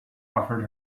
offered